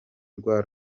rwa